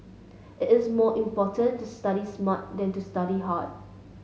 it is more important to study smart than to study hard